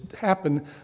happen